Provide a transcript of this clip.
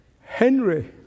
Henry